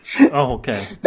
okay